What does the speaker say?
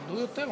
שילדו יותר.